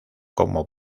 como